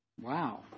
Wow